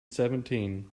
seventeen